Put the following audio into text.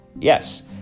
Yes